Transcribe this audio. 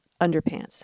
underpants